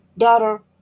Daughter